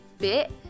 bit